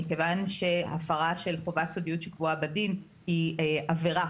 ההצעה של חבר הכנסת מוסי רז היא בהחלט